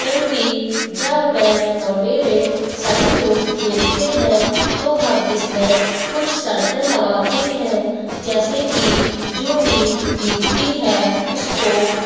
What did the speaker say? क्योंकि जब मैं और मेरे सभी दोस्त खेलते हैं तो हम इसमें कुछ शर्ते लगाते हैं जैसे की जो टीम जीतती है उसको